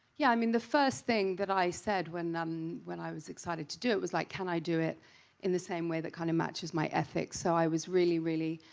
yeah i mean the first thing i said when um when i was excited to do it was, like can i do it in the same way that kind of matches my ethics? so i was really, really